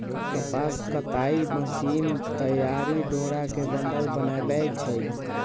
कपास कताई मशीन तइयार डोरा के बंडल बनबै छइ